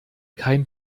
kein